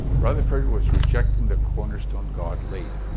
rutherford was rejecting the cornerstone god laid.